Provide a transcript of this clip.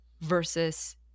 Versus